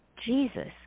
Jesus